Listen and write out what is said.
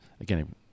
again